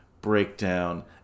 breakdown